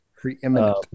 preeminent